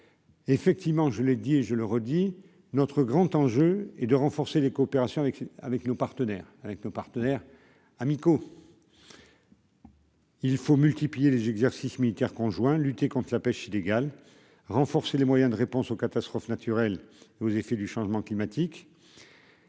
Effectivement, je l'ai dit et je le redis, notre grand enjeu et de renforcer les coopérations avec avec nos partenaires, avec nos partenaires amicaux. Il faut multiplier les exercices militaires conjoints, lutter contre la pêche illégale, renforcer les moyens de réponse aux catastrophes naturelles et aux effets du changement climatique.